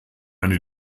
eine